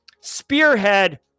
spearhead